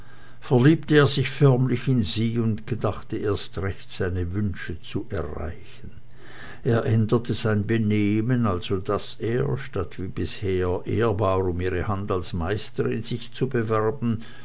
verliebte er sich förmlich in sie und gedachte erst recht seine wünsche zu erreichen er änderte sein benehmen also daß er statt wie bis anher ehrbar um ihre hand als meisterin sich zu bewerben